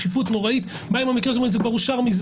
בדחיפות נוראית מה עם המקרה הזה והוא אומר לי שזה כבר אושר מזמן.